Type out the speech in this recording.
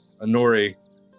Anori